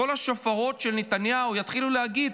כל השופרות של נתניהו יתחילו להגיד,